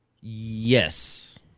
Yes